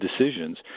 decisions